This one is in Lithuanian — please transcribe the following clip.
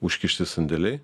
užkišti sandėliai